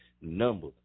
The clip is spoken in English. number